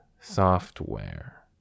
software